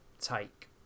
take